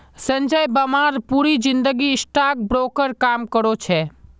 संजय बर्मा पूरी जिंदगी stock broker काम करो छे